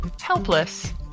helpless